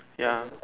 ya